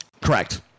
Correct